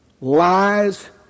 Lies